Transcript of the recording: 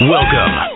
Welcome